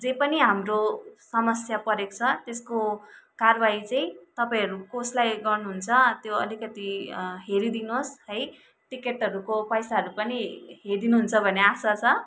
जे पनि हाम्रो समस्या परेको छ त्यसको कारवाही चाहिँ तपाईँहरू कसलाई गर्नुहुन्छ त्यो अलिकति हेरिदिनुहोस् है टिकटहरूको पैसाहरू पनि हेरिदिनुहुन्छ भन्ने आशा छ